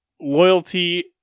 loyalty